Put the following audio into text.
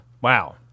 Wow